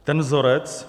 Ten vzorec...